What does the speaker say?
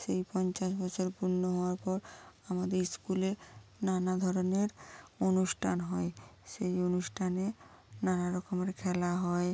সেই পঞ্চাশ বছর পূর্ণ হওয়ার পর আমাদের স্কুলে নানা ধরনের অনুষ্ঠান হয় সেই অনুষ্ঠানে নানা রকমের খেলা হয়